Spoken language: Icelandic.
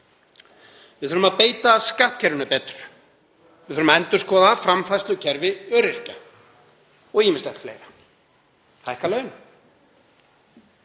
Við þurfum að beita skattkerfinu betur. Við þurfum að endurskoða framfærslukerfi öryrkja og ýmislegt fleira, hækka laun.